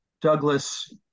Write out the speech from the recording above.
Douglas